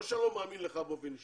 לא שאני לא מאמין לך באופן אישי,